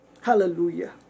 hallelujah